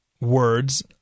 words